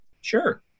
Sure